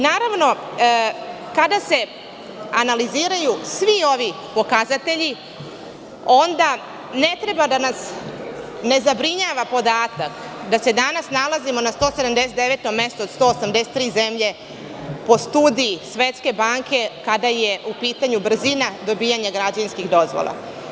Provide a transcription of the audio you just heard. Naravno, kada se analiziraju svi ovi pokazatelji, onda ne treba da nas ne zabrinjava podatak da se danas nalazimo na 179. mestu od 183 zemlje po studiji Svetske banke kada je u pitanju brzina dobijanja građevinskih dozvola.